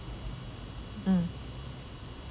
mm